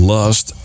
Lost